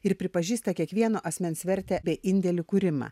ir pripažįsta kiekvieno asmens vertę bei indėlį kūrimą